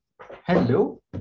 Hello